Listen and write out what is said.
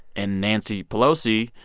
and nancy pelosi,